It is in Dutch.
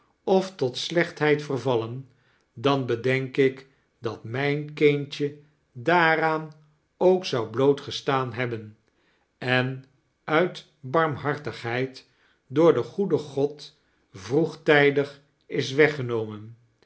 of tot slechtheid vervallen dan bedenk ik dat mijn kindje daaraan ook zou blootgestaan hebben en uit barmhartigheid door den goeden god vroegtijdig is weggenomen